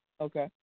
okay